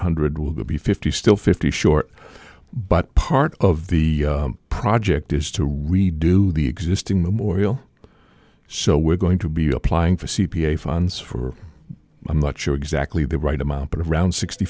hundred will be fifty still fifty short but part of the project is to redo the existing memorial so we're going to be applying for c p a funds for i'm not sure exactly the right amount of around sixty